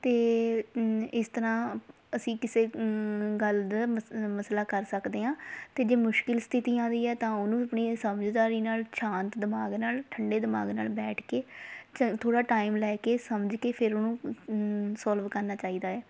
ਅਤੇ ਇਸ ਤਰ੍ਹਾਂ ਅਸੀਂ ਕਿਸੇ ਗੱਲ ਦਾ ਮਸਲਾ ਕਰ ਸਕਦੇ ਹਾਂ ਅਤੇ ਜੇ ਮੁਸ਼ਕਿਲ ਸਥਿਤੀ ਆਉਂਦੀ ਹੈ ਤਾਂ ਉਹਨੂੰ ਆਪਣੀ ਸਮਝਦਾਰੀ ਨਾਲ ਸ਼ਾਂਤ ਦਿਮਾਗ ਨਾਲ ਠੰਡੇ ਦਿਮਾਗ ਨਾਲ ਬੈਠ ਕੇ ਥੋੜ੍ਹਾ ਟਾਈਮ ਲੈ ਕੇ ਸਮਝ ਕੇ ਫਿਰ ਉਹਨੂੰ ਸੋਲਵ ਕਰਨਾ ਚਾਹੀਦਾ ਹੈ